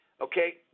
okay